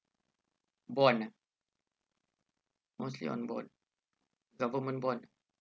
bond uh mostly on bond government bond